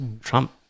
Trump